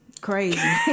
crazy